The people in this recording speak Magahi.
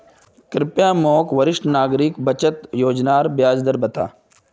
कृप्या मोक वरिष्ठ नागरिक बचत योज्नार ब्याज दर बता